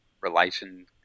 relation